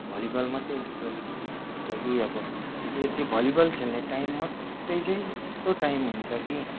volleyball मात्रै यस्तो हुन्छ कि अब ए त्यो भलिबल खेल्ने टाइम मात्रै चाहिँ यस्तो टाइम हुन्छ कि